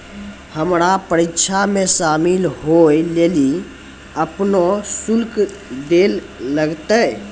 हमरा परीक्षा मे शामिल होय लेली अपनो शुल्क दैल लागतै